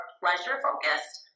pleasure-focused